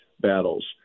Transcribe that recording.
battles